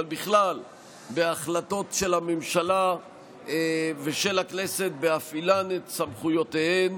אבל בכלל בהחלטות של הממשלה ושל הכנסת בהפעילן את סמכויותיהן,